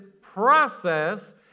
process